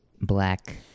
black